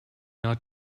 not